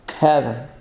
heaven